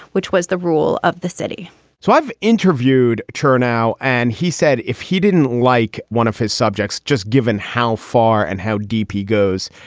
which was the rule of the city so i've interviewed turnout. and he said if he didn't like one of his subjects, just given how far and how deep he goes,